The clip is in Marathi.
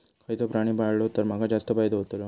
खयचो प्राणी पाळलो तर माका जास्त फायदो होतोलो?